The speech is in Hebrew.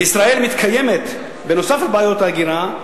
בישראל מתקיימת, נוסף על בעיית ההגירה,